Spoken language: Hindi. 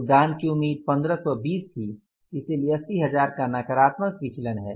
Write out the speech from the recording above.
योगदान की उम्मीद 1520 थी इसलिए 80 हज़ार का नकारात्मक विचलन है